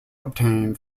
obtained